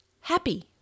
happy